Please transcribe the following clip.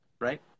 right